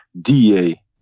DA